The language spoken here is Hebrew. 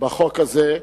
בחוק הזה.